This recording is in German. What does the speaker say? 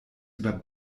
über